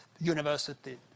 university